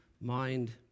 mind